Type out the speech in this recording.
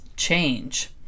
Change